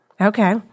Okay